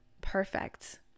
perfect